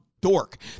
dork